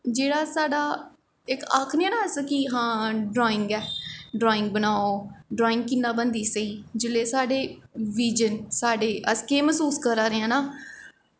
जेह्ड़ा साढ़ा इक आखने ना अस कि हां ड्राईंग ऐ ड्राईंग बनाओ ड्राईंग कि'यां बनदी स्हेई जुल्लै साढ़े बिज़न साढ़े अस केह् मैसूस करा दे आं ना